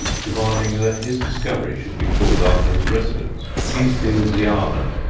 demanding that his discovery should be called, after his residence, heathfieldsayeanum.